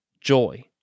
joy